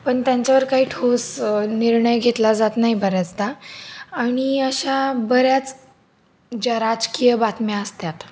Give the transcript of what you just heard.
पण त्यांच्यावर काही ठोस निर्णय घेतला जात नाही बऱ्याचदा आणि अशा बऱ्याच ज्या राजकीय बातम्या असतात